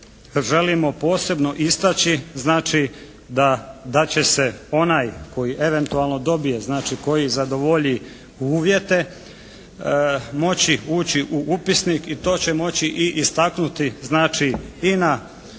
želimo posebno istaći znači da će se onaj koji eventualno dobije, znači koji zadovolji uvjete moći ući u upisnik i to će moći i istaknuti. Znači i na policama